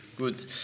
Good